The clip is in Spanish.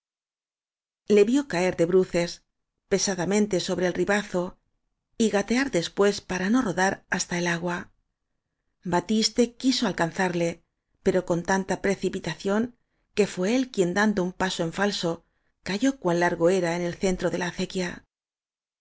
le vió caer de bruces pesadamente sobre el ribazo y gatear después para no rodar hasta el agua batiste quiso alcanzarle pero con tan ta precipitación que fué él quien dando un pa so en falso cayó cuan largo era en el centro de la acequia